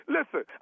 Listen